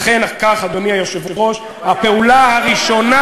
אכן כך, אדוני היושב-ראש, הפעולה הראשונה